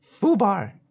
fubar